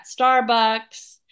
Starbucks